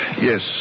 Yes